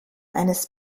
eines